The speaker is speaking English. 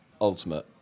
ultimate